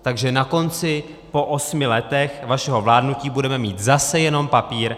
Takže na konci, po osmi letech vašeho vládnutí, budeme mít zase jenom papír.